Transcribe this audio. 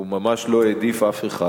הוא ממש לא העדיף אף אחד.